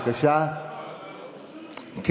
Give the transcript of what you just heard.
אופיר בסדר, אז חבר הכנסת פטין מולא, הוספנו אותך.